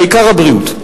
העיקר הבריאות.